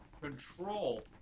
control